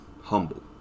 humble